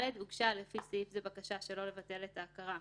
הוגשה לפי סעיף זה בקשה שלא לבטל את ההכרה,